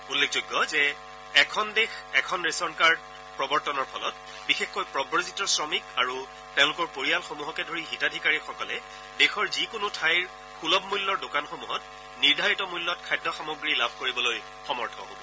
উল্লেখযোগ্য যে এখন দেশ এখন ৰেচন কাৰ্ড ব্যৱস্থা প্ৰৱৰ্তনৰ ফলত বিশেষকৈ প্ৰব্ৰজিত শ্ৰমিক আৰু তেওঁলোকৰ পৰিয়ালসমূহকে ধৰি হিতাধিকাৰীসকলে দেশৰ যিকোনো ঠাইৰ সুলভ মূল্যৰ দোকানসমূহত নিৰ্ধাৰিত মূল্যত খাদ্য সামগ্ৰী লাভ কৰিবলৈ সমৰ্থ হব